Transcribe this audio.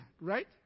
right